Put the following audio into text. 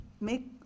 make